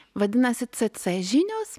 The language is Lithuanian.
vadinasi c c žinios